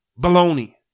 Baloney